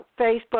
Facebook